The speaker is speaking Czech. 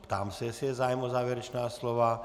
Ptám se, jestli je zájem o závěrečná slova.